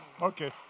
Okay